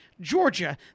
Georgia